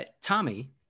Tommy